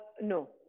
No